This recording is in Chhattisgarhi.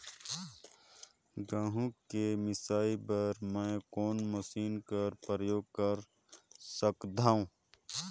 गहूं के मिसाई बर मै कोन मशीन कर प्रयोग कर सकधव?